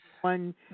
one